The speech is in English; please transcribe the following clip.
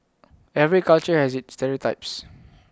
every culture has its stereotypes